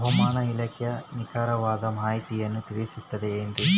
ಹವಮಾನ ಇಲಾಖೆಯ ನಿಖರವಾದ ಮಾಹಿತಿಯನ್ನ ತಿಳಿಸುತ್ತದೆ ಎನ್ರಿ?